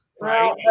Right